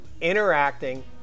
interacting